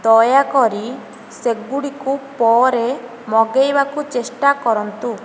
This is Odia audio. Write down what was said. ଦୟାକରି ସେଗୁଡ଼ିକୁ ପରେ ମଗେଇବାକୁ ଚେଷ୍ଟା କରନ୍ତୁ